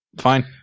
Fine